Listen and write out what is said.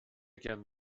gern